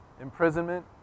imprisonment